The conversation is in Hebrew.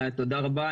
תודה רבה.